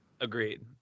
agreed